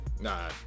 Nah